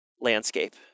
landscape